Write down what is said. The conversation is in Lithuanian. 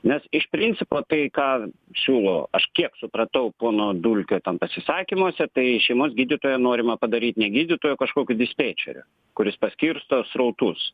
nes iš principo tai ką siūlo aš kiek supratau pono dulkio ten pasisakymuose tai šeimos gydytoją norima padaryt ne gydytoju o kažkokiu dispečeriu kuris paskirsto srautus